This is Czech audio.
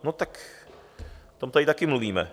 No tak o tom tady taky mluvíme.